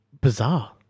bizarre